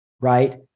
Right